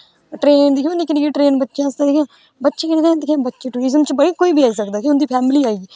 train निक्की निक्की train बच्चें आस्तै जेहड़ी बच्चे में दिक्खे टूरिजम च भाई कोई बी होई सकदा पूरी फैमली आई दी